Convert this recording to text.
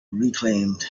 reclaimed